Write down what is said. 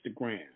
Instagram